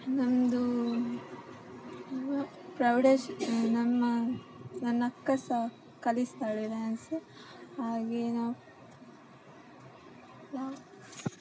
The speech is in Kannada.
ನಮ್ಮದೂ ಪ್ರೌಢ ಶ್ ನಮ್ಮ ನನ್ನ ಅಕ್ಕ ಸಹ ಕಲಿಸ್ತಾಳೆ ಡ್ಯಾನ್ಸ್ ಹಾಗೇ ನಾವು ಯಾವ